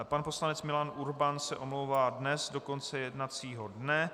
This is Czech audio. Pan poslanec Milan Urban se omlouvá dnes do konce jednacího dne.